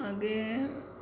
ಹಾಗೇ